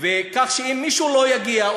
כך שאם מישהו לא יגיע,